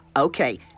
Okay